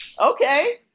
okay